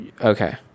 Okay